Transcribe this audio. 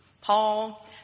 Paul